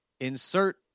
Insert